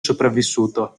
sopravvissuto